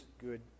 good